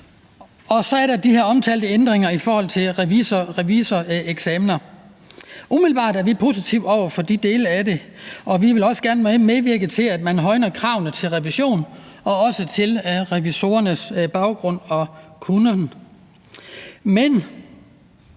Og så er der de her omtalte ændringer i forhold til revisoreksamener. Umiddelbart er vi positive over for de dele af det, og vi vil også gerne medvirke til, at man højner kravene til revision og også til revisorernes baggrund og kunnen. Men